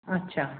ਅੱਛਾ